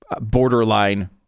borderline